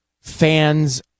fans